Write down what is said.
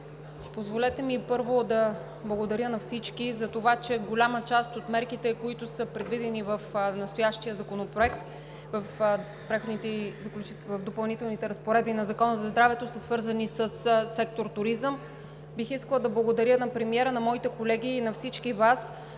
Позволете ми, първо, да благодаря на всички за това, че голяма част от мерките, които са предвидени в настоящия законопроект – в Преходните и допълнителните разпоредби на Закона за здравето, са свързани със сектор „Туризъм“. Бих искала да благодаря на премиера, на моите колеги и на всички Вас